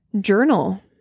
journal